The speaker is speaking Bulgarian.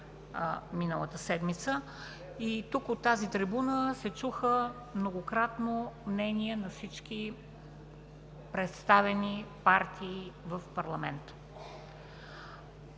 доста време. Тук, от тази трибуна, се чуха многократно мнения на всички представени партии в парламента.